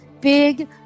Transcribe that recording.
big